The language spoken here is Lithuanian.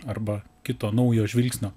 arba kito naujo žvilgsnio